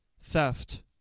theft